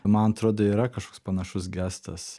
man atrodo yra kažkoks panašus gestas